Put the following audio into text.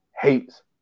hates